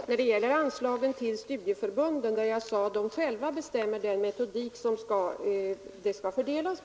Herr talman! När det gäller anslagen till studieförbunden, om vilka jag sade att de själva bestämmer enligt vilken metodik pengarna skall fördelas,